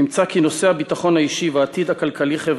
נמצא כי נושא הביטחון האישי והעתיד הכלכלי-חברתי